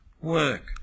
work